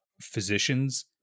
physicians